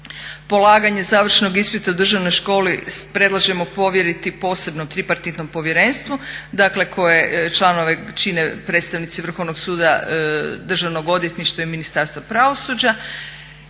Polaganje završnog ispita u Državnoj školi predlažemo povjeriti posebno tripartitnom povjerenstvu koje članove čine predstavnici Vrhovnog suda, Državnog odvjetništva i Ministarstva pravosuđa.